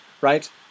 right